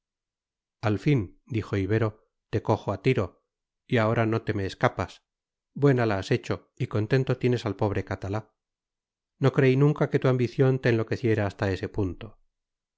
al fin dijo ibero te cojo a tiro y ahora no te me escapas buena la has hecho y contento tienes al pobre catalá no creí nunca que tu ambición te enloqueciera hasta ese punto